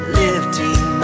lifting